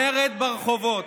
מרד ברחובות.